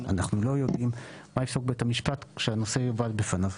אנחנו לא יודעים מה יפסוק בית המשפט כשהנושא יובא לפניו.